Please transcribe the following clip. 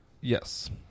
Yes